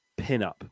pinup